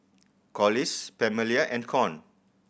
Collis Pamelia and Con